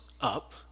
up